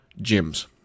gyms